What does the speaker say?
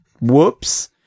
whoops